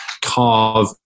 carve